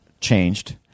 changed